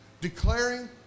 declaring